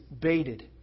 baited